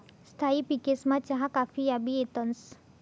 स्थायी पिकेसमा चहा काफी याबी येतंस